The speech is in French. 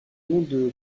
nom